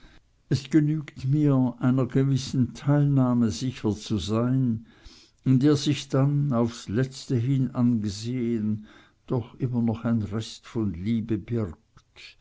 es genügt mir einer gewissen teilnahme sicher zu sein in der sich dann aufs letzte hin angesehn doch immer noch ein rest von liebe birgt